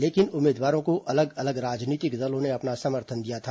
लेकिन उम्मीदवारों को अलग अलग राजनीतिक दलों ने अपना समर्थन दिया था